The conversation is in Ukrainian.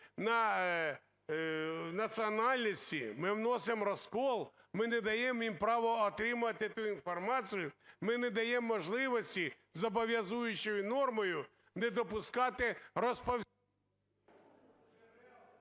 на національності, ми вносимо розкол, ми не даємо їм права отримувати ту інформацію, ми не даємо можливості зобов'язуючою нормою, не допускати...